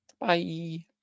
Bye